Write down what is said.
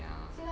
ya